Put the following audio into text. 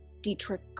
Dietrich